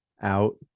out